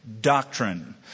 doctrine